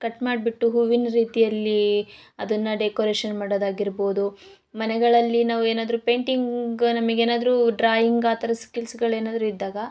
cut ಮಾಡ್ಬಿಟ್ಟು ಹೂವಿನ ರೀತಿಯಲ್ಲಿ ಅದನ್ನು ಡೆಕೋರೇಷನ್ ಮಾಡೋದ್ ಆಗಿರ್ಬೋದು ಮನೆಗಳಲ್ಲಿ ನಾವೇನಾದ್ರು ಪೇಯಿಂಟಿಂಗ್ ನಮಗೇನಾದ್ರು ಡ್ರಾಯಿಂಗ್ ಆ ಥರ ಸ್ಕಿಲ್ಸ್ಗಳು ಏನಾದ್ರು ಇದ್ದಾಗ